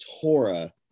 Torah